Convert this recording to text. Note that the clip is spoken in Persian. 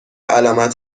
علامت